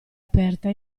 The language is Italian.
aperta